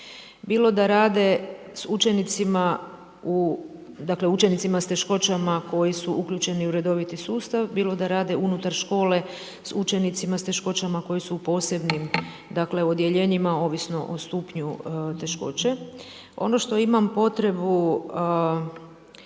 dakle, učenicama s teškoćama koji su uključili u redoviti sustav, bilo da rade unutar škole s učenicima s teškoćama koji su u posebnim, dakle, odijeljenima ovisno o stupnju teškoće. Ono što imam potrebu